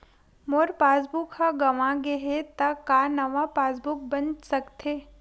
मोर passbook ह गंवा गे हे त का नवा पास बुक बन सकथे?